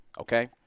Okay